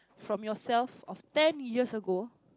from yourself of ten years ago